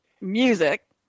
music